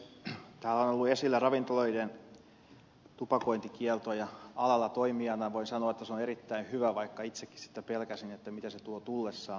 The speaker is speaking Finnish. täällä on ollut esillä ravintoloiden tupakointikielto ja alalla toimijana voin sanoa että se on erittäin hyvä vaikka itsekin sitä pelkäsin mitä se tuo tullessaan